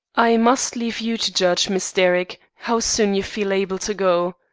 i must leave you to judge, miss derrick, how soon you feel able to go.